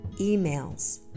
emails